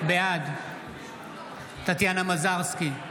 בעד טטיאנה מזרסקי,